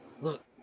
look